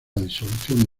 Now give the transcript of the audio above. disolución